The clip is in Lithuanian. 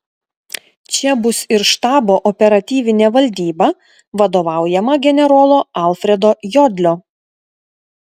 čia bus ir štabo operatyvinė valdyba vadovaujama generolo alfredo jodlio